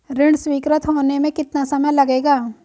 ऋण स्वीकृत होने में कितना समय लगेगा?